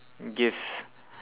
gifts